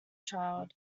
child